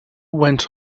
went